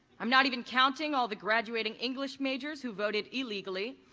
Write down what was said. i'm not even counting all the graduating english majors who voted illegally,